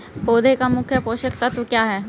पौधे का मुख्य पोषक तत्व क्या हैं?